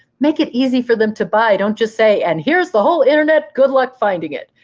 make it easy for them to buy. don't just say, and here's the whole internet. good luck finding it,